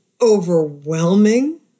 overwhelming